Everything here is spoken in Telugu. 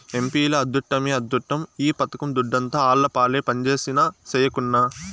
ఎంపీల అద్దుట్టమే అద్దుట్టం ఈ పథకం దుడ్డంతా ఆళ్లపాలే పంజేసినా, సెయ్యకున్నా